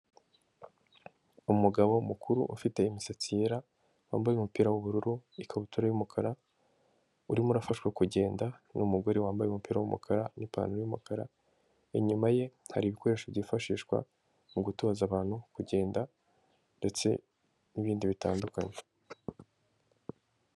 Umugabo mukuru ufite imisatsi yera, wambaye umupira w'ubururu, ikabutura yumukara, urimo arafashwa kugenda n'umugore wambaye umupira w'umukara n'ipantaro yumukara, inyuma ye hari igikoresho byifashishwa mu gutoza abantu kugenda ndetse n'ibindi bitandukanye.